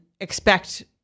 expect